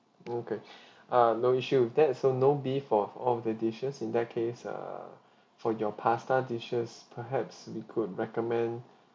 okay uh no issue with that so no beef for all of the dishes in that case err for your pasta dishes perhaps we could recommend